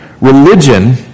Religion